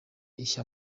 ishya